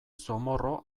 zomorro